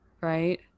right